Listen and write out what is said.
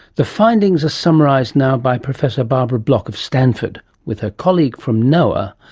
the findings are summarised now by professor barbara block of stanford, with her colleague from noaa.